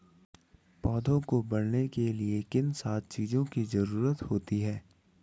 पौधों को बढ़ने के लिए किन सात चीजों की जरूरत होती है?